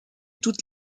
toutes